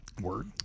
Word